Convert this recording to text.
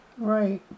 Right